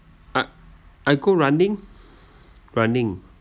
I I go running running